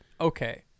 Okay